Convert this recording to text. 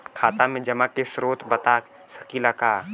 खाता में जमा के स्रोत बता सकी ला का?